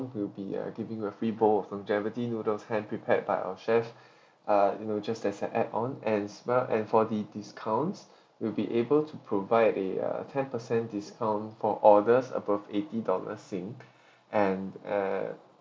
we'll be uh giving a free bowl of longevity noodles hand prepared by our chefs uh you know just as an add on and as well and for the discounts we'll be able to provide a a ten percent discount for orders above eighty dollar sing and uh